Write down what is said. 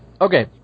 okay